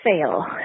fail